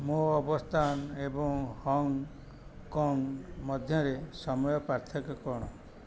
ମୋ ଅବସ୍ଥାନ ଏବଂ ହଙ୍ଗକଙ୍ଗ ମଧ୍ୟରେ ସମୟ ପାର୍ଥକ୍ୟ କ'ଣ